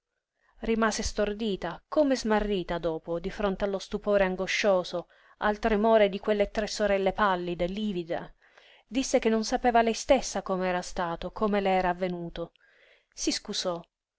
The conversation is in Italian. rimase stordita come smarrita dopo di fronte allo stupore angoscioso al tremore di quelle tre sorelle pallide livide disse che non sapeva lei stessa come era stato come le era avvenuto si scusò